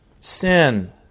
Sin